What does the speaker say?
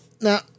Now